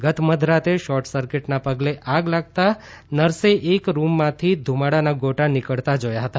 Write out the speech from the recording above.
ગત મધરાતે શોર્ટ સર્કીટના પગલે આગ લાગતા નર્સે એક રૂમમાંથી ધુમાડાના ગોટા નીકળતા જોયા હતા